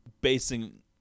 basing